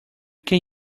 can